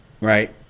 right